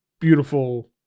beautiful